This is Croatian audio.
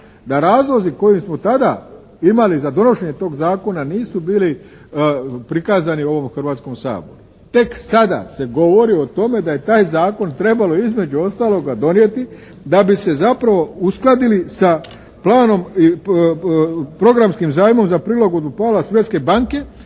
da razlozi koje smo tada imali za donošenje tog Zakona nisu bili prikazani u ovom Hrvatskom saboru. Tek sada se govori o tome da je taj Zakon trebalo između ostaloga donijeti da bi se zapravo uskladili sa planom i programskim zajmom za prilagodbu …/Govornik se